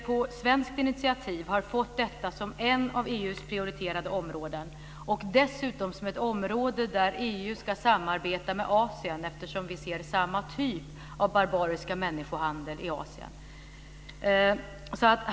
På svenskt initiativ har vi fått detta som ett av EU:s prioriterade områden, och dessutom som ett område där EU ska samarbeta med Asien eftersom vi ser samma typ av barbarisk människohandel där.